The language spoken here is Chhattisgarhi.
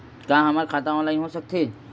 का हमर खाता ऑनलाइन हो सकथे?